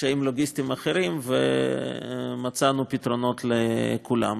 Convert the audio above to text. וקשיים לוגיסטיים אחרים, ומצאנו פתרונות לכולם.